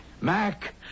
Mac